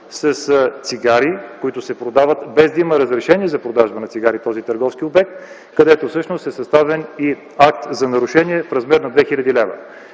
цигари, които се продават без да има разрешение за продажба на цигари от този търговски обект. Съставен е и акт за нарушение в размер на 2000 лв.